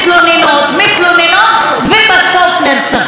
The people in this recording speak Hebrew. מתלוננות ובסוף נרצחות.